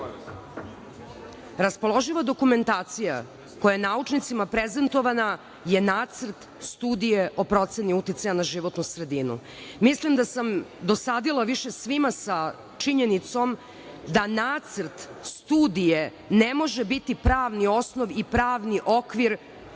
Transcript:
Raspoloživa dokumentacija koja je naučnicima prezentovana je nacrt studije o proceni uticaja na životnu sredinu. Mislim da sam dosadila više svima sa činjenicom da nacrt studije ne može biti pravni osnov i pravni okvir